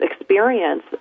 experience